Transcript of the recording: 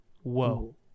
Whoa